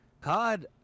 COD